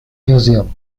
museum